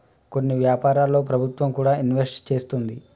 కొన్ని వ్యాపారాల్లో ప్రభుత్వం కూడా ఇన్వెస్ట్ చేస్తుంది